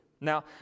Now